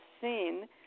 seen